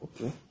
Okay